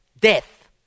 Death